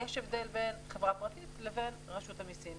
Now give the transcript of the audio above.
יש הבדל בין חברה פרטית ובין רשות המסים.